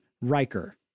Riker